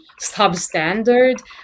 substandard